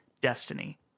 Destiny